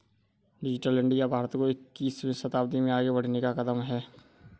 digital India Bharat को इक्कीसवें शताब्दी में आगे बढ़ने का कदम है